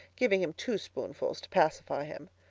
giving him two spoonfuls to pacify him.